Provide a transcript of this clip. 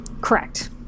Correct